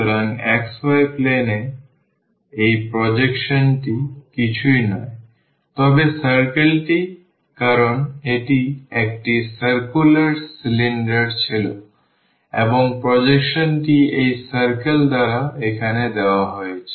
সুতরাং xy plane এ এই প্রজেকশনটি কিছুই নয় তবে circle টি কারণ এটি একটি সার্কুলার সিলিন্ডার ছিল এবং প্রজেকশনটি এই circle দ্বারা এখানে দেওয়া হয়েছে